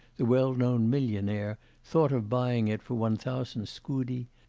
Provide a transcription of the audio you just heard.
the well-known millionaire, thought of buying it for one thousand scudi,